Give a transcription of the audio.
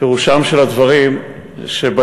פירושם של הדברים שבילדות,